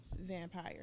vampire